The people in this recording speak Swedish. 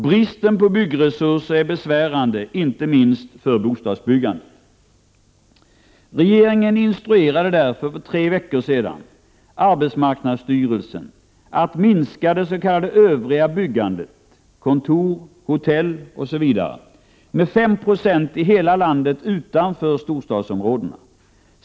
Bristen på byggresurser är besvärande, inte minst för bostadsbyggandet. Regeringen instruerade därför för tre veckor sedan arbetsmarknadsstyrelsen att minska det s.k. övriga byggandet — kontor, hotell etc. med 5 90 i hela landet utanför storstadsområdena.